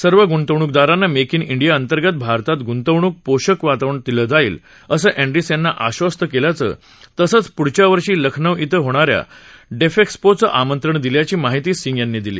सर्व गुंतवणूकदारांना make in India अंतर्गत भारतात ग्ंतवणूक पोषक वातावरण दिलं जाईल असं अँड्रिस यांना आश्वस्त केल्याचं तसंच प्पच्या वर्षी लखनौ इथं होणाऱ्या डेफेक्सपोचं आमंत्रण दिल्याची माहिती सिंग यांनी दिली